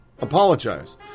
apologize